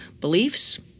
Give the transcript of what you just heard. beliefs